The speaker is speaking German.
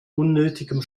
unnötigem